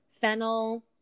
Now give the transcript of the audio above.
fennel